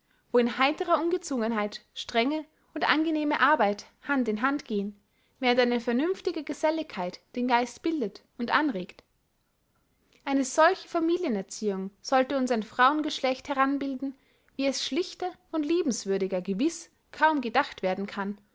wo in heiterer ungezwungenheit strenge und angenehme arbeit hand in hand gehen während eine vernünftige geselligkeit den geist bildet und anregt eine solche familienerziehung sollte uns ein frauengeschlecht heranbilden wie es schlichter und liebenswürdiger gewiß kaum gedacht werden kann